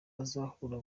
azahura